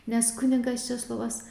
nes kunigas česlovas